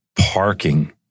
parking